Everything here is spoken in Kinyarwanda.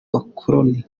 bakoloni